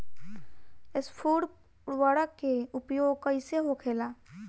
स्फुर उर्वरक के उपयोग कईसे होखेला?